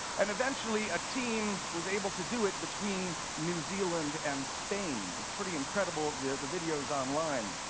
and eventually a team was able to do it between new zealand and spain. it's pretty incredible the the video's online.